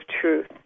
truth